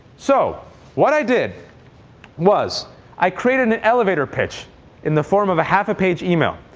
so what i did was i created an elevator pitch in the form of a half a page email.